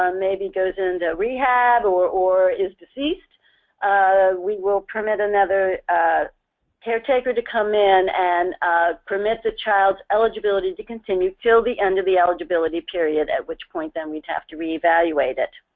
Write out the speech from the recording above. um maybe goes into rehab or or is deceased we will permit another caretaker to come in and ah permit the child's eligibility to continue until the end of the eligibility period at which point then we'd have to reevaluate it.